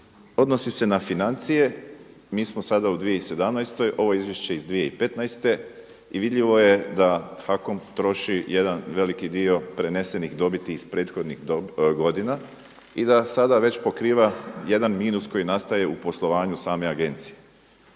odnosi se na financije. Mi smo sada u 2017. Ovo je izvješće iz 2015. i vidljivo je da HAKOM troši jedan veliki dio prenesenih dobiti iz prethodnih godina i da sada već pokriva jedan minus koji nastaje u poslovanju same agencije.